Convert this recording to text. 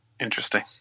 Interesting